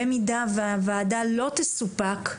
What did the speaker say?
במידה והוועדה לא תסופק,